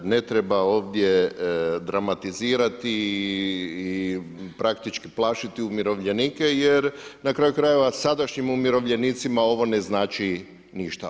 Ne treba ovdje dramatizirati i praktički plašiti umirovljenike jer na kraju krajeva sadašnjim umirovljenicima ovo ne znači ništa.